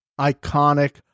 iconic